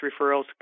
referrals